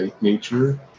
nature